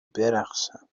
برقصم